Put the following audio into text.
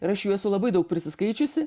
ir aš jų esu labai daug prisiskaičiusi